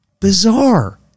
Bizarre